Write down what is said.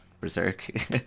Berserk